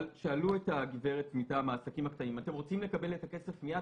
שאלו את הגברת מטעם העסקים הקטנים אם הם רוצים לקבל את הכסף מייד.